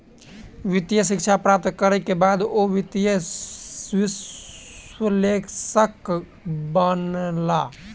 वित्तीय शिक्षा प्राप्त करै के बाद ओ वित्तीय विश्लेषक बनला